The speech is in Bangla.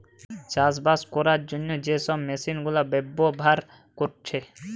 চাষবাস কোরার জন্যে যে সব মেশিন গুলা ব্যাভার কোরছে